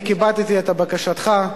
אני כיבדתי את בקשתך,